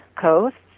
coasts